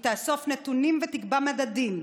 היא תאסוף נתונים ותקבע מדדים,